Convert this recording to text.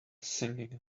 singing